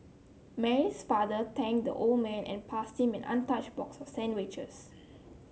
Mary's father thanked the old man and passed him an untouched box of sandwiches